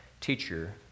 teacher